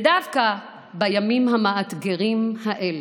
ודווקא בימים המאתגרים האלה,